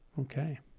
Okay